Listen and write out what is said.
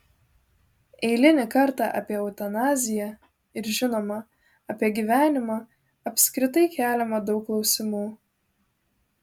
eilinį kartą apie eutanaziją ir žinoma apie gyvenimą apskritai keliama daug klausimų